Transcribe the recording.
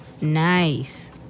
Nice